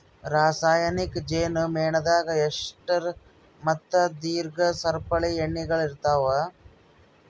ರಾಸಾಯನಿಕ್ ಜೇನು ಮೇಣದಾಗ್ ಎಸ್ಟರ್ ಮತ್ತ ದೀರ್ಘ ಸರಪಳಿ ಎಣ್ಣೆಗೊಳ್ ಇರ್ತಾವ್